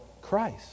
Christ